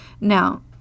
Now